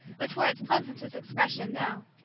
which wore its pleasantest expression now.